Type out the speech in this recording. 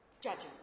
judging